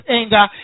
anger